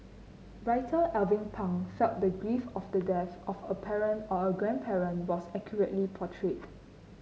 Writer Alvin Pang felt the grief of the death of a parent or a grandparent was accurately portrayed